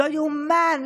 לא ייאמן,